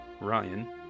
Ryan